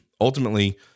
ultimately